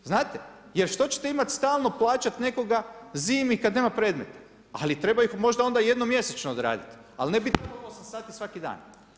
Znate, jer što ćete imati stalno plaćati nekoga zimi kada nema predmeta, ali treba ih možda onda jednom mjesečno odraditi ali ne bi trebalo 8 sati svaki dan.